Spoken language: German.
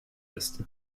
ist